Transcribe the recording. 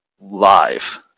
Live